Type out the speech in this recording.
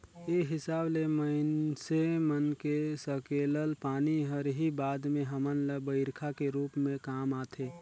ए हिसाब ले माइनसे मन के सकेलल पानी हर ही बाद में हमन ल बईरखा के रूप में काम आथे